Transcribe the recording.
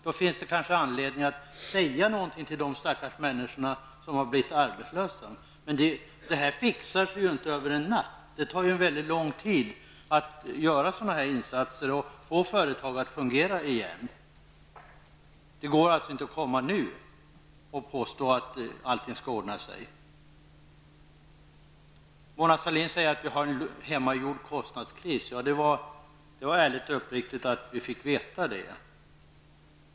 Då finns det kanske anledning att säga något till de stackars människor som har blivit arbetslösa. Men detta fixar sig inte över en natt. Det tar ju mycket lång tid att genomföra sådana insatser och få företag att fungera igen. Det går inte att nu komma och påstå att allting skall ordna sig. Mona Sahlin säger att vi har en hemmagjord kostnadskris. Det var ärligt och uppriktigt att vi fick veta det.